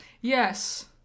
Yes